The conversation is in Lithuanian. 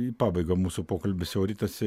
į pabaigą mūsų pokalbis jau ritasi